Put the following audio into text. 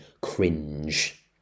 Cringe